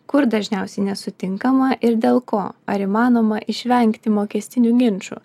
kur dažniausiai nesutinkama ir dėl ko ar įmanoma išvengti mokestinių ginčų